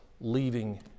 leaving